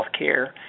healthcare